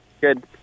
Good